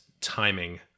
timing